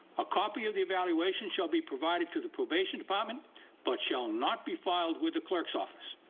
a copy of the evaluation shall be provided to the probation department but shall not be filed with the clerk's office.